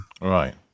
Right